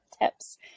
tips